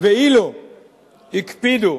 ואילו הקפידו